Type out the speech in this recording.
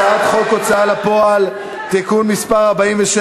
הצעת חוק ההוצאה לפועל (תיקון מס' 47